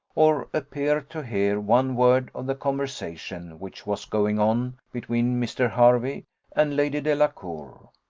or appear to hear, one word of the conversation which was going on between mr. hervey and lady delacour.